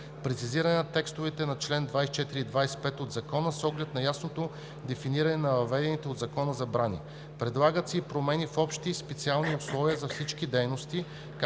Прецизиране на текстовете на чл. 24 и 25 от Закона с оглед на ясното дефиниране на въведените от него забрани. Предлагат се и промени в общите и специалните условия за всички дейности,